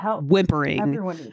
whimpering